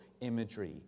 imagery